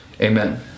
Amen